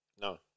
no